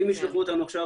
אם ישלחו אותנו עכשיו,